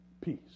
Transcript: peace